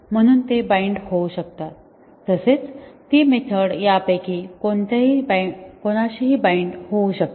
म्हणून ते बाइंड होऊ शकतात तसेच ती मेथड यापैकी कोणत्याहीशी बाइंड होऊ शकते